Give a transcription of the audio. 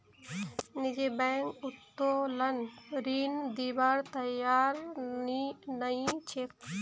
निजी बैंक उत्तोलन ऋण दिबार तैयार नइ छेक